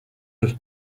eux